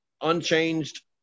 unchanged